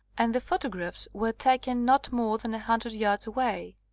and the photographs were taken not more than a hundred yards away.